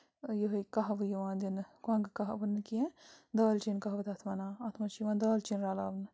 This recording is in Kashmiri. یِہوٚے کہوٕ یِوان دِنہٕ کۄنگہٕ کہٕوٕ نہٕ کیٚنہہ دالٕہ چیٖن کہوٕ تَتھ وَنان اَتھ منٛز چھِ یِوان دالہٕ چیٖن رَلاونہٕ